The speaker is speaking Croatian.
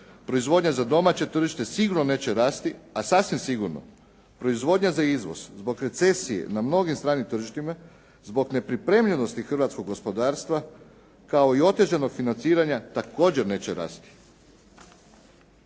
proizvodnja za domaće tržište sigurno neće rasti, a sasvim sigurno proizvodnja za izvoz, zbog recesije na mnogim stranim tržištima, zbog nepripremljenosti hrvatskog gospodarstva, kao i otežanog financiranja također neće rasti.